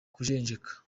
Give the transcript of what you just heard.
kujenjeka